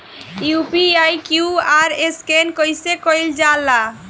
UPI QR scan कइसे कईल जा ला?